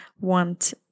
want